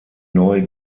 neu